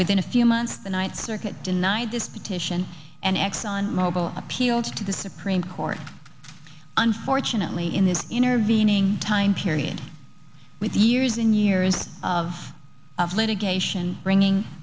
within a few months the night circuit denied this petition and exxon mobil appealed to the supreme court unfortunately in this intervening time period with years in years of litigation bringing